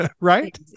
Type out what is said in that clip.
right